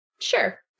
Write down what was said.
sure